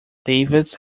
davis